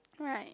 right